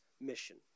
mission